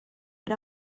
era